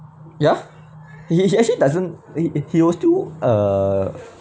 ya he he actually doesn't the it he was too uh